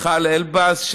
ולמיכל אלבז,